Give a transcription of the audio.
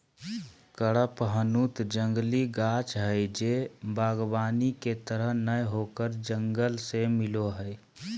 कडपहनुत जंगली गाछ हइ जे वागबानी के तरह नय होकर जंगल से मिलो हइ